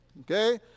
okay